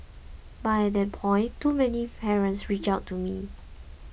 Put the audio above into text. but at that point too many parents reached out to me